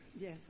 yes